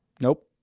Nope